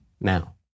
now